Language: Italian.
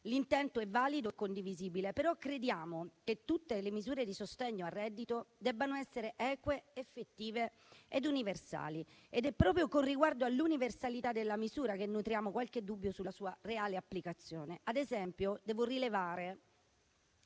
L'intento è valido e condivisibile, però crediamo che tutte le misure di sostegno al reddito debbano essere eque, effettive ed universali. È proprio con riguardo all'universalità della misura che nutriamo qualche dubbio sulla sua reale applicazione. Ad esempio, devo rilevare